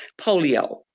polio